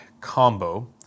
combo